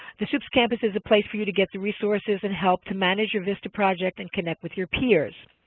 the sups campus is a place for you to get the resources and help to manage your vista project and connect with your peers.